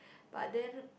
but then